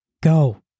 Go